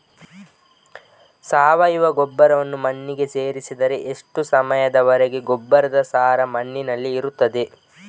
ಸಾವಯವ ಗೊಬ್ಬರವನ್ನು ಮಣ್ಣಿಗೆ ಸೇರಿಸಿದರೆ ಎಷ್ಟು ಸಮಯದ ವರೆಗೆ ಗೊಬ್ಬರದ ಸಾರ ಮಣ್ಣಿನಲ್ಲಿ ಇರುತ್ತದೆ?